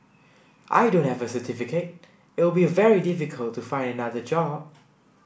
I don't have a certificate it'll be very difficult to find another job